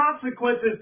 consequences